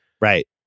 Right